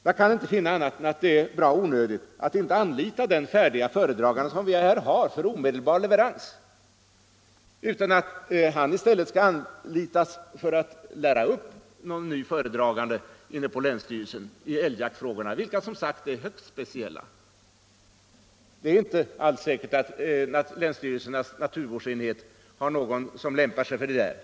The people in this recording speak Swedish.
Jag kan då inte finna annat än att det är bra onödigt att inte anlita den färdiga föredragande vi redan har för omedelbar leverans, utan att han i stället skall anlitas för att lära upp någon ny föredragande på länsstyrelsen i älgjaktfrågor, vilka som sagt är högst speciella. Det är inte alls säkert att länsstyrelsernas naturvårdsenheter har någon som lämpar sig för det där.